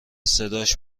صداش